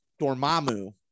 Dormammu